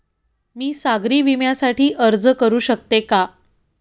मी सागरी विम्यासाठी अर्ज करू शकते का?